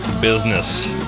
business